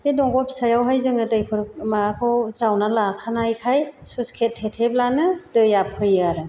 बे दंग' फिसायावहाय जोङो दैफोर माबाखौ जावनानै लाखानायखाय स्लुइस गेट थेथेब्लानो दैया फैयो आरो